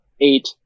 eight